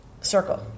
Circle